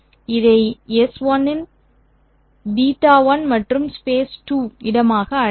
இதை S1 இன் β1 மற்றும் space2 இடமாக அழைப்போம்